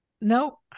No